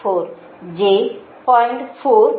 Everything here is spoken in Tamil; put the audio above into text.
4 j 0